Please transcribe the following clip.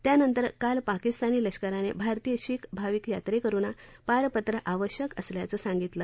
त्यानंतर काल पाकिस्तानी लष्करानं भारतीय शीख भाविक यात्रेकरुनां पारपत्र आवश्यक असल्याचं सांगितलं